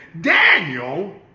Daniel